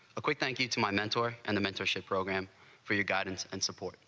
a quick thank you to my mentor and a mentorship program for your guidance and support